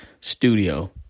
studio